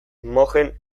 mojen